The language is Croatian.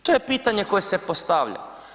To je pitanje koje se postavlja.